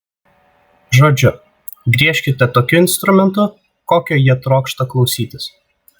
žodžiu griežkite tokiu instrumentu kokio jie trokšta klausytis